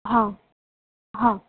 हा हा